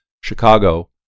Chicago